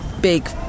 big